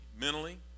mentally